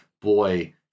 boy